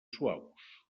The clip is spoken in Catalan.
suaus